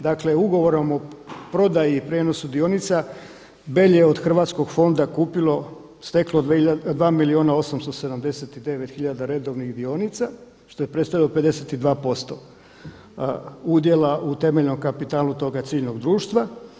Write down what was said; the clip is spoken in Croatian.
Dakle, ugovorom o prodaji i prijenosu dionica Belje je od Hrvatskog fonda kupilo, steklo dva milijuna 879 hiljada redovnih dionica što je predstavljalo 52% udjela u temeljnom kapitalu tog ciljanog društva.